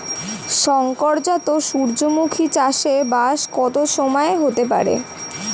শংকর জাত সূর্যমুখী চাসে ব্যাস কত সময় হতে পারে?